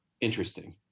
interesting